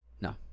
No